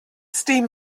steam